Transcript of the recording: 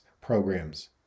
programs